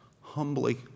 Humbly